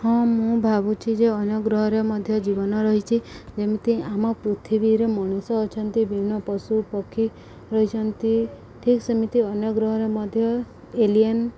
ହଁ ମୁଁ ଭାବୁଛିି ଯେ ଅନ୍ୟ ଗ୍ରହରେ ମଧ୍ୟ ଜୀବନ ରହିଛିି ଯେମିତି ଆମ ପୃଥିବୀରେ ମଣିଷ ଅଛନ୍ତି ବିଭିନ୍ନ ପଶୁ ପକ୍ଷୀ ରହିଛନ୍ତି ଠିକ୍ ସେମିତି ଅନ୍ୟ ଗ୍ରହରେ ମଧ୍ୟ ଏଲିଅନ୍